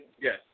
Yes